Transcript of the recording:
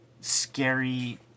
scary